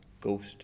ghost